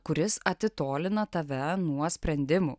kuris atitolina tave nuo sprendimų